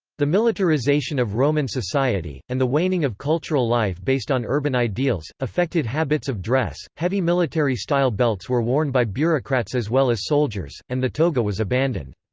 the militarization of roman society, and the waning of cultural life based on urban ideals, affected habits of dress heavy military-style belts were worn by bureaucrats as well as soldiers, and the toga was abandoned.